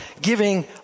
giving